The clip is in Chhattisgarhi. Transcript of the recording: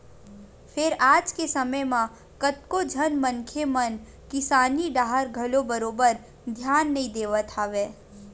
फेर आज के समे म कतको झन मनखे मन किसानी डाहर घलो बरोबर धियान नइ देवत हवय